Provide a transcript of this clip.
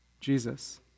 Jesus